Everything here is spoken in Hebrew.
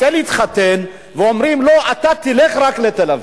רוצה להתחתן ואומרים לו: אתה תלך רק לתל-אביב,